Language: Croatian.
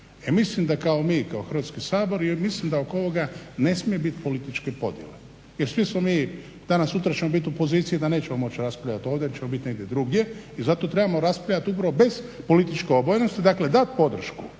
Mislim da mi kao Hrvatski sabor, jer mislim da oko ovoga ne smije biti političke podjele, jer svi smo mi, danas sutra ćemo biti u poziciji da nećemo moći raspravljati ovdje jer ćemo biti negdje drugdje i zato trebamo raspravljati upravo bez političke obojenosti. Dakle, dat podršku